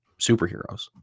superheroes